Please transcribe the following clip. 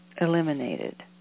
eliminated